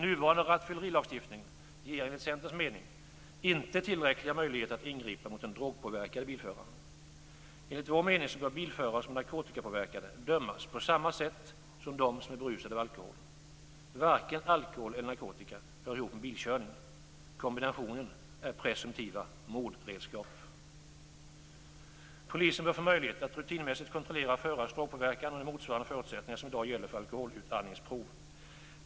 Centerns mening inte tillräckliga möjligheter att ingripa mot den drogpåverkade bilföraren. Enligt vår mening bör bilförare som är narkotikapåverkade dömas på samma sätt som de som är berusade av alkohol. Varken alkohol eller narkotika hör ihop med bilkörning. Kombinationen innebär presumtiva mordredskap. Polisen bör få möjlighet att rutinmässigt kontrollera förares drogpåverkan enligt motsvarande förutsättningar som i dag gäller för alkoholutandningsprov.